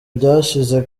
byashize